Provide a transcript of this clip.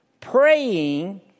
praying